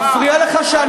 מפריע לך,